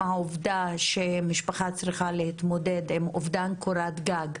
כאשר משפחה צריכה להתמודד עם אובדן קורת גג,